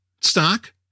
stock